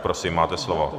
Prosím, máte slovo.